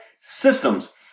systems